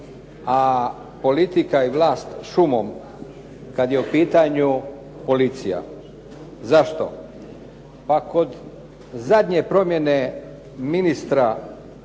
a politika i vlast šumom kada je u pitanju policija. Zašto? Pa kod zadnje promjene ministra